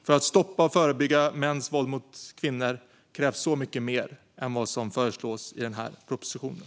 För att stoppa och förebygga mäns våld mot kvinnor krävs så mycket mer än vad som föreslås i den här propositionen.